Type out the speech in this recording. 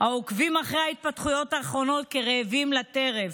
העוקבים אחרי ההתפתחויות האחרונות כרעבים לטרף: